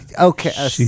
okay